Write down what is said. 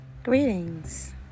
Greetings